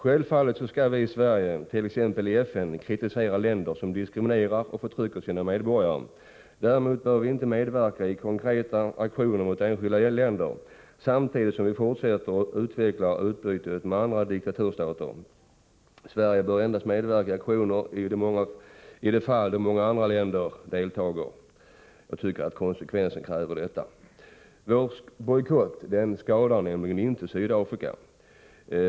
Självfallet skall Sverige, t.ex. i FN, kritisera länder som diskriminerar och förtrycker sina medborgare. Däremot bör vi inte medverka i konkreta aktioner mot enskilda länder samtidigt som vi fortsätter att utveckla utbytet med andra diktaturstater. Sverige bör medverka i aktioner endast i de fall då många andra länder deltar. Jag tycker att konsekvensen kräver detta. Vår bojkott skadar nämligen inte Sydafrika.